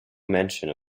mention